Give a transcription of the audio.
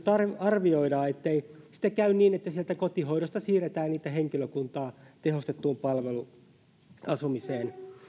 arvioidaan ettei sitten käy niin että sieltä kotihoidosta siirretään henkilökuntaa tehostettuun palveluasumiseen